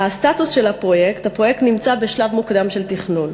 הסטטוס של הפרויקט: הפרויקט נמצא בשלב מוקדם של תכנון.